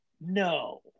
No